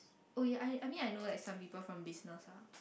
oh yeah I I mean I know like some people from business lah